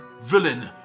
Villain